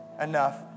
enough